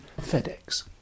FedEx